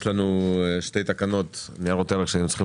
יש לנו שתי תקנות ניירות ערך שלא הספקנו